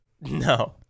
No